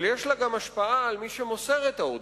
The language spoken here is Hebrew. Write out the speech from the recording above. אבל יש לה השפעה גם על מי שמוסר את ההודעה.